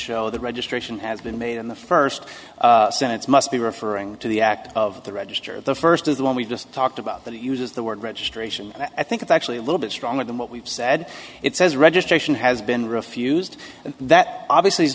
show the registration has been made in the first sentence must be referring to the act of the register the first is the one we just talked about that uses the word registration i think it's actually a little bit stronger than what we've said it says registration has been refused and that obviously i